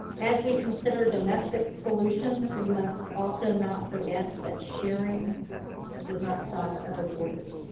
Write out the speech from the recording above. as we consider domestic solutions, we must also not forget that sharing does not stop at our borders.